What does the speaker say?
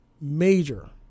major